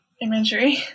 imagery